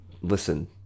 listen